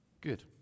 Good